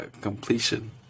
completion